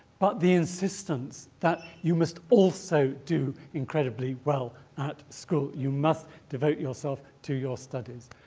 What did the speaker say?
but the insistence that you must also do incredibly well at school. you must devote yourself to your studies.